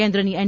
કેન્દ્રની એન